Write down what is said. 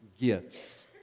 gifts